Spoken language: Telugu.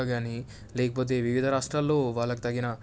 లేకపోతే వివిధ రాష్ట్రాల్లో వాళ్ళకు తగిన